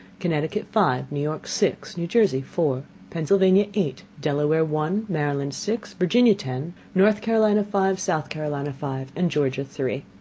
connecticut five, new york six, new jersey four, pennsylvania eight, delaware one, maryland six, virginia ten, north carolina five, south carolina five, and georgia three.